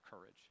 courage